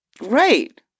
Right